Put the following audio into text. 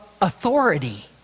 authority